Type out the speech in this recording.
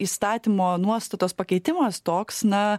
įstatymo nuostatos pakeitimas toks na